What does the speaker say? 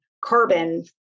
carbon